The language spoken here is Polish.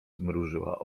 zmrużyła